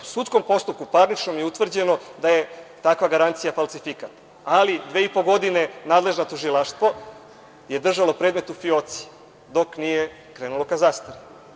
U sudskom postupku, parničnom, je utvrđeno da je takva garancija falsifikat, ali dve i po godine nadležno tužilaštvo je držalo predmet u fioci, dok nije krenulo ka zastari.